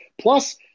Plus